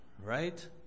Right